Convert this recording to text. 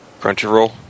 Crunchyroll